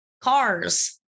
Cars